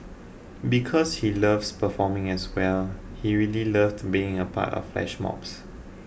because he likes performing as well he really loved being a part of the flash mobs